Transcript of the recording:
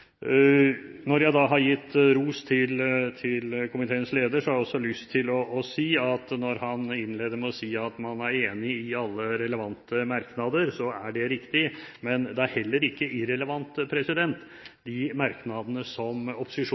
Når jeg nå har gitt ros til komiteens leder, har jeg også lyst til å si at når han innleder med å si at man er enig i alle relevante merknader, er det riktig, men de er heller ikke irrelevante de merknadene som opposisjonen